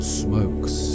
smokes